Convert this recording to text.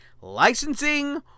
licensing